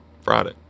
Friday